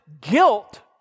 guilt